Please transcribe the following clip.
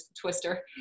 twister